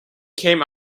came